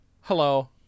hello